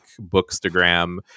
bookstagram